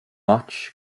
ots